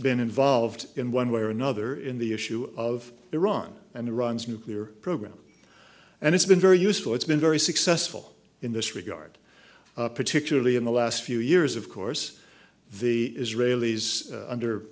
been involved in one way or another in the issue of iran and iran's nuclear program and it's been very useful it's been very successful in this regard particularly in the last few years of course the israelis under